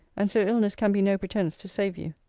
and so illness can be no pretence to save you.